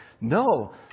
No